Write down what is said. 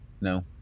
no